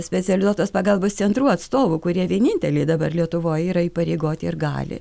specializuotos pagalbos centrų atstovų kurie vieninteliai dabar lietuvoj yra įpareigoti ir gali